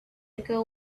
ago